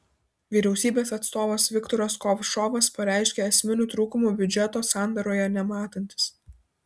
vyriausybės atstovas viktoras kovšovas pareiškė esminių trūkumų biudžeto sandaroje nematantis